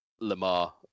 Lamar